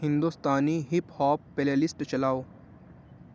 ہندوستانی hip hop playlist چلاؤ